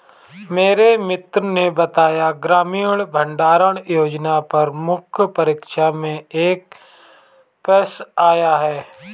मेरे मित्र ने बताया ग्रामीण भंडारण योजना पर मुख्य परीक्षा में एक प्रश्न आया